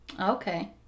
Okay